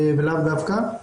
ולאו דווקא,